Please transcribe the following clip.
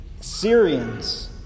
Syrians